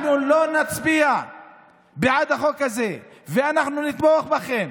אנחנו לא נצביע בעד החוק הזה ואנחנו נתמוך בכם,